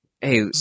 hey